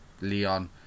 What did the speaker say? Leon